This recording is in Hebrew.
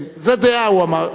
זאת דעה, הוא אמר.